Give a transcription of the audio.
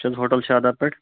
تُہۍ چھِو ہوٹل شاداب پٮ۪ٹھ